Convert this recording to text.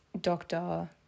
doctor